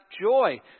joy